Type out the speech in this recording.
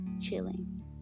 chilling